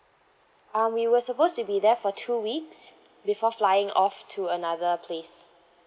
um we were supposed to be there for two weeks before flying off to another place